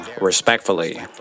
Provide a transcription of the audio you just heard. respectfully